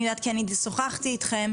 אני יודעת כי אני שוחחתי איתכם.